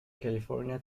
california